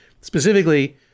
Specifically